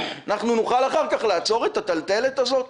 אנחנו נוכל אחר כך לעצור את הטלטלה הזאת?